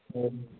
ꯎꯝ